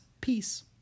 Peace